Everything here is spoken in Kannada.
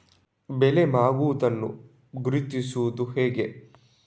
ಬೆಳೆ ಮಾಗುವುದನ್ನು ಗುರುತಿಸುವುದು ಹೇಗೆ?